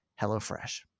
HelloFresh